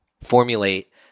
formulate